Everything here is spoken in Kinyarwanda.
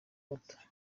gato